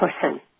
person